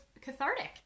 cathartic